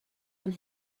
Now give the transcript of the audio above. fan